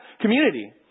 community